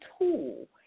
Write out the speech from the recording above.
tool